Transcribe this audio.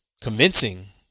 convincing